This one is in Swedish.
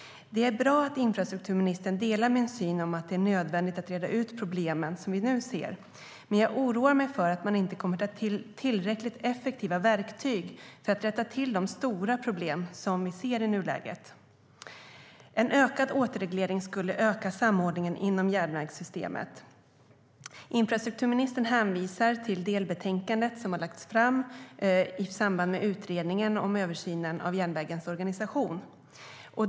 Det är bra att infrastrukturministern delar min syn att det är nödvändigt att reda ut problemen som vi nu ser. Men jag oroar mig för att man inte kommer att ta till tillräckligt effektiva verktyg för att rätta till de stora problem som vi ser i nuläget. En ökad återreglering skulle öka samordningen inom järnvägssystemet. Infrastrukturministern hänvisar till delbetänkandet som har lagts fram i samband med utredningen om översynen av järnvägens organisation.